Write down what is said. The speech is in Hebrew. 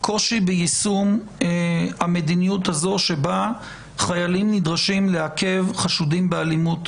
קושי ביישום המדיניות הזו שבה חיילים נדרשים לעכב חשודים באלימות,